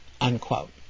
unquote